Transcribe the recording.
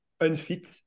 unfit